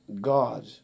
God